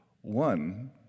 one